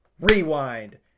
rewind